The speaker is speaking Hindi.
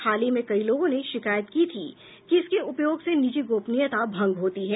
हाल ही में कई लोगों ने शिकायत की थी कि इसके उपयोग से निजी गोपनीयता भंग होती है